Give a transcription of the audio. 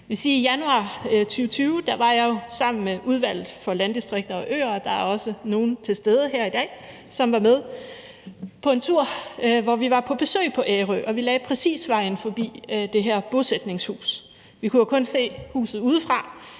I januar 2020 var jeg jo sammen med Udvalget for Landdistrikter og Øer – der er også nogle til stede her i dag, som var med – på en tur, hvor vi var på besøg på Ærø, og vi lagde vejen forbi præcis det her bosætningshus. Vi kunne kun se huset udefra,